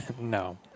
No